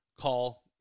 call